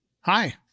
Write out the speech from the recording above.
hi